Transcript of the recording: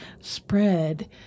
spread